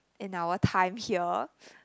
in our time here